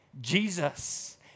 Jesus